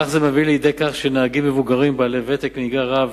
מהלך זה מביא לידי כך שנהגים מבוגרים בעלי ותק נהיגה רב